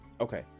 Okay